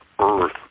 earth